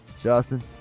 Justin